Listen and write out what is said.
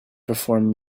perform